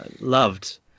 loved